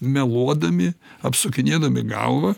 meluodami apsukinėdami galvą